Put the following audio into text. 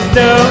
no